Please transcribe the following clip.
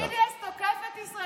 אתה לוקח יד ביד את ה-BDS?